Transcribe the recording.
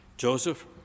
Joseph